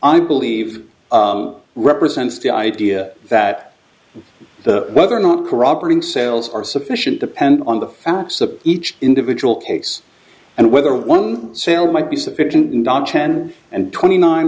i believe represents the idea that the whether or not corroborating sales are sufficient depend on the facts of each individual case and whether one sale might be sufficient and on ten and twenty nine